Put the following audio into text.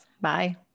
bye